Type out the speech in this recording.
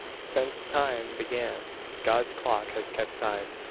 since time began god's clock has kept time.